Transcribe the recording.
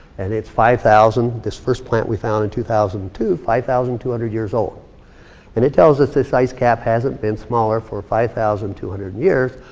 and it's five thousand, this first plant we found in two thousand and two, five thousand two hundred years old. and it tells us this ice cap hasn't been smaller for five thousand two hundred years.